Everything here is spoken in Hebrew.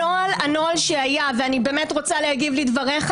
הנוהל שהיה ואני באמת רוצה להגיב לדבריך